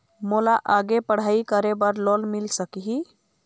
मोला आगे पढ़ई करे बर लोन मिल सकही?